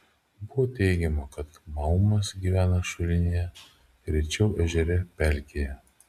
buvo teigiama kad maumas gyvena šulinyje rečiau ežere pelkėje